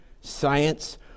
science